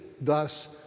Thus